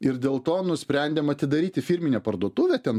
ir dėl to nusprendėm atidaryti firminę parduotuvę ten